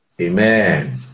Amen